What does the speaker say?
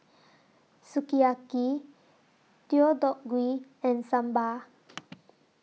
Sukiyaki Deodeok Gui and Sambar